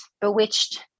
bewitched